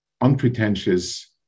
unpretentious